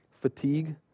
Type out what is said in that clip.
fatigue